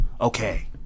Okay